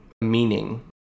meaning